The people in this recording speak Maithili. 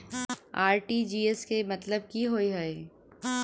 आर.टी.जी.एस केँ मतलब की होइ हय?